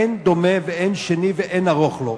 אין דומה ואין שני ואין ערוך לו.